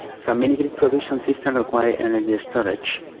some mini-grid production systems require energy storage.